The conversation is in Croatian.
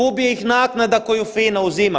Ubije ih naknada koju FINA uzima.